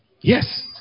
yes